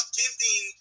giving